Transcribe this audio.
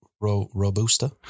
robusta